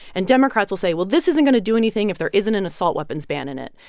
and democrats will say, well, this isn't going to do anything if there isn't an assault-weapons ban in it.